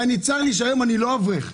וצר לי שהיום אני לא אברך.